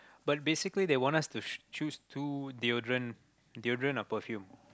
but basically they want us to choose two deodorant deodorant or perfume